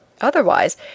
Otherwise